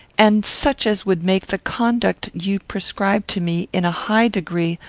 and such as would make the conduct you prescribe to me, in a high degree,